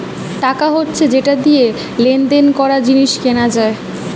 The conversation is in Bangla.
টাকা হচ্ছে যেটা দিয়ে লেনদেন করা, জিনিস কেনা যায়